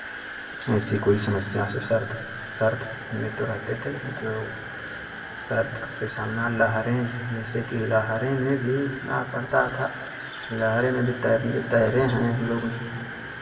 ऐसी कोई समस्या से शर्त शर्त में तो रहते थे लेकिन तो शर्त से सामना लहरें जैसे की लहरें में भी उठना पड़ता था लहरें में भी तैरने तैरें हैं हम लोग